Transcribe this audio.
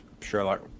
Sherlock